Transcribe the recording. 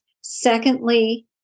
Secondly